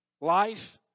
Life